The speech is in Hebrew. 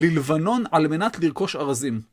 בלבנון על מנת לרכוש ארזים.